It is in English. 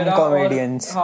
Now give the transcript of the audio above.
comedians